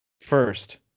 First